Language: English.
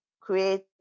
create